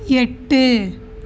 எட்டு